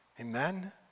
Amen